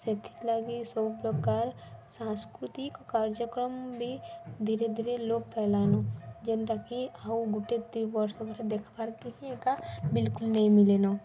ସେଥିର୍ଲାଗି ସବୁ ପ୍ରକାର ସାଂସ୍କୃତିକ୍ କାର୍ଯ୍ୟକ୍ରମ୍ ବି ଧୀରେ ଧୀରେ ଲୋପ୍ ପାଏଲାନ ଯେନ୍ତାକି ଆଉ ଗୁଟେ ଦୁଇ ବର୍ଷ ପରେ ଦେଖବାର୍କେ ହିଁ ଏକା ବିଲ୍କୁଲ୍ ନେଇ ମିଲେନ